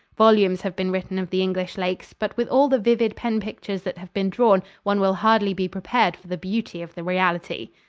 volumes have been written of the english lakes, but with all the vivid pen-pictures that have been drawn one will hardly be prepared for the beauty of the reality.